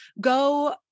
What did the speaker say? go